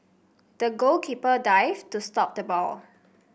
the goalkeeper dived to stop the ball